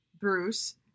Bruce